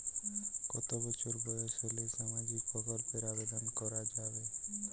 কত বছর বয়স হলে সামাজিক প্রকল্পর আবেদন করযাবে?